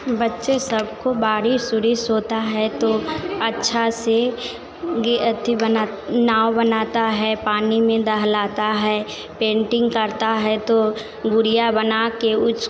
बच्चे सब को बारिश उरिश होता है तो अच्छा से गे अति बना नाव बनाता है पानी में दहलाता है पंटिंग करता है तो गुड़िया बनाकर उस